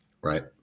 right